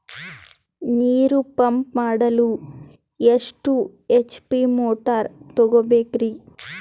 ನೀರು ಪಂಪ್ ಮಾಡಲು ಎಷ್ಟು ಎಚ್.ಪಿ ಮೋಟಾರ್ ತಗೊಬೇಕ್ರಿ?